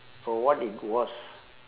for what it was